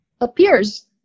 appears